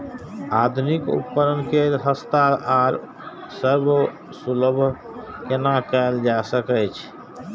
आधुनिक उपकण के सस्ता आर सर्वसुलभ केना कैयल जाए सकेछ?